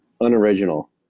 Unoriginal